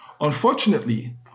Unfortunately